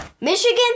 Michigan